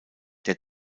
der